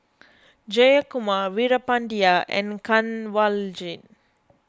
Jayakumar Veerapandiya and Kanwaljit